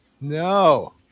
No